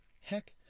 Heck